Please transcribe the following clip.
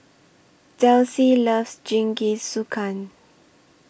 Delsie loves Jingisukan